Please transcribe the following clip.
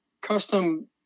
custom